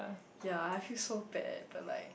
yea I feel so bad I feel like